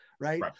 right